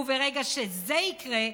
וברגע שזה יקרה,